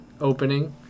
opening